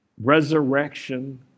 resurrection